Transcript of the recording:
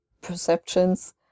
perceptions